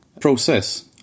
process